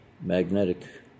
magnetic